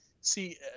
see